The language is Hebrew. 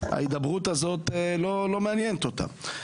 ההידברות הזו לא מעניינת אותם.